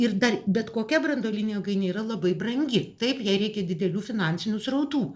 ir dar bet kokia branduolinė jėgainė yra labai brangi taip jai reikia didelių finansinių srautų